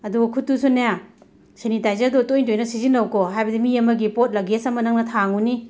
ꯑꯗꯣ ꯈꯨꯠꯇꯨꯁꯨꯅꯦ ꯁꯦꯅꯤꯇꯥꯏꯖꯔꯗꯣ ꯇꯣꯏꯅ ꯇꯣꯏꯅ ꯁꯤꯖꯤꯟꯅꯧꯀꯣ ꯍꯥꯏꯕꯗꯤ ꯃꯤ ꯑꯃꯒꯤ ꯄꯣꯠ ꯂꯒꯦꯁ ꯑꯃ ꯅꯪꯅ ꯊꯥꯡꯂꯨꯅꯤ